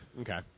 Okay